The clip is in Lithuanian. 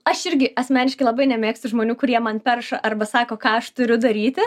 aš irgi asmeniškai labai nemėgstu žmonių kurie man perša arba sako ką aš turiu daryti